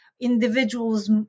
individuals